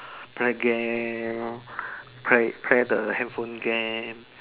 play game play the handphone game